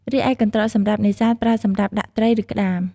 រីឯកន្រ្តកសម្រាប់នេសាទប្រើសម្រាប់ដាក់ត្រី ឬក្ដាម។